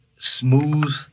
Smooth